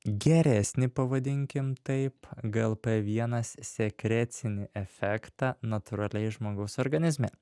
geresnį pavadinkim taip glp vienas sekrecinį efektą natūraliai žmogaus organizme